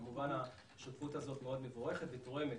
כמובן שהשותפות הזאת מאוד מבורכת ותורמת